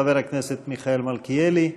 חבר הכנסת מיכאל מלכיאלי.